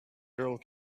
girl